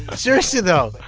seriously, though,